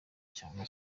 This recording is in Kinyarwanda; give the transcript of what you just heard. cyangwa